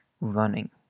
running